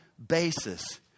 basis